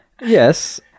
Yes